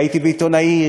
הייתי בעיתון "העיר".